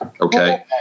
Okay